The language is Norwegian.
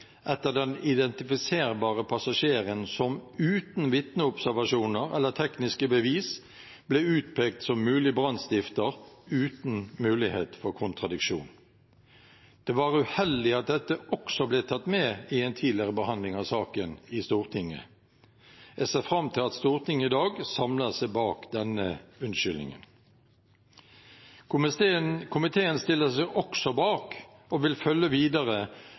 den identifiserbare passasjeren som uten vitneobservasjoner eller tekniske bevis ble utpekt som mulig brannstifter uten mulighet for kontradiksjon. Det var uheldig at dette også ble tatt med i en tidligere behandling av saken i Stortinget. Jeg ser fram til at Stortinget i dag samler seg bak denne unnskyldningen. Komiteen stiller seg også bak og vil følge videre